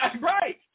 Right